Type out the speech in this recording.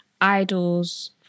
idols